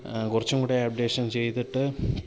കുറച്ചും കൂടി അപ്ഡേഷൻ ചെയ്തിട്ട്